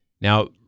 Now